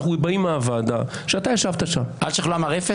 אנחנו באים מהוועדה שאתה ישבת בה -- אלשיך לא אמר "אפס"?